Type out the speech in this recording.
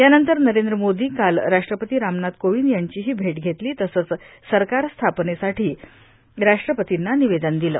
यानंतर नरेंद्र मोदी यांनी काल राष्ट्रपती रामनाथ कोविंद यांचीही भेट घेतली तसंच सरकार स्थापनेसंदर्भात राष्ट्रपर्तींना निवेदन केलं